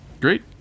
Great